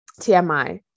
TMI